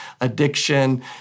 addiction